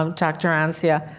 um doctor anzia,